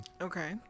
Okay